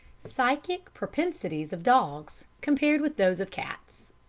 psychic propensities of dogs compared with those of cats